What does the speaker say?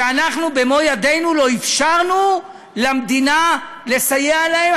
שאנחנו במו-ידינו לא אפשרנו למדינה לסייע להם.